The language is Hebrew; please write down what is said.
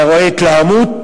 אתה רואה התלהמות,